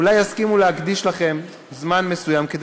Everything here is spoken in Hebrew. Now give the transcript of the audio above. אולי יסכימו להקדיש לכם זמן מסוים כדי